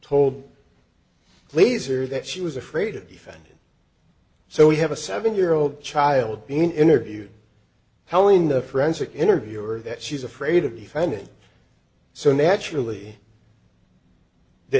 told lazar that she was afraid of the phone so we have a seven year old child being interviewed telling the forensic interviewer that she's afraid of offending so naturally the